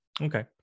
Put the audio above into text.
Okay